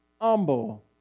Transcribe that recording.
humble